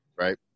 right